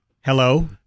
Hello